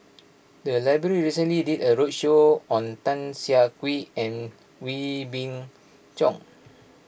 the library recently did a roadshow on Tan Siah Kwee and Wee Beng Chong